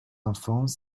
enfants